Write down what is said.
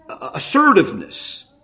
assertiveness